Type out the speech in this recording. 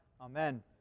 Amen